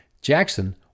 Jackson